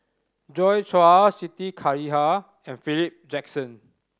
Joi Chua Siti Khalijah and Philip Jackson